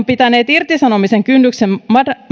pitäneet irtisanomisen kynnyksen